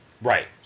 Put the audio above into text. Right